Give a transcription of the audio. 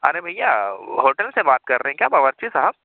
ارے بھیا ہوٹل سے بات کر رہے ہیں کیا باورچی صاحب